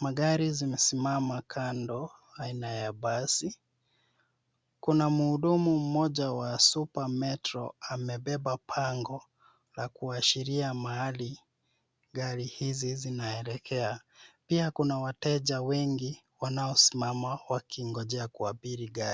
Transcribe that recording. magari zimesimama kando aina ya basi. Kuna mhudumu mmoja wa supermetro amebeba bango la kuashiria mahali gari hizi zinaelekea. Pia kuna wateja wengi wanaosimama wakingojea kuabiri gari.